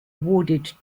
awarded